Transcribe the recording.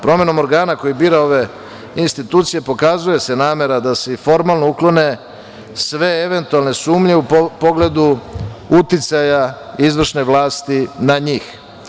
Promenom organa koji bira ove institucije pokazuje se namera da se i formalno uklone sve eventualne sumnje u pogledu uticaja izvršne vlasti na njih.